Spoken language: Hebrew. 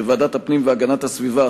בוועדת הפנים והגנת הסביבה,